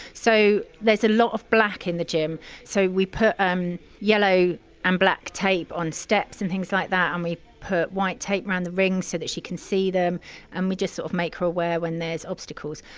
so there's a lot of black in the gym, so we put um yellow and black tape on steps and things like that and we put white tape round the rings so that she can see them and we just sort of make her aware when there's obstacles.